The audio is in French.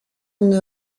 une